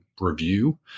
review